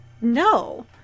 no